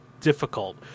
difficult